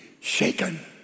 shaken